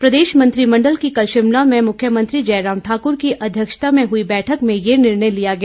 प्रदेश मंत्रिमंडल की कल शिमला में मुख्यमंत्री जयराम ठाकुर की अध्यक्षता में हुई बैठक में ये निर्णय लिया गया